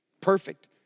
perfect